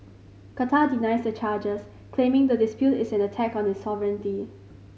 qatar denies the charges claiming the dispute is an attack on its sovereignty